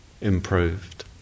improved